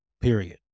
period